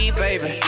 baby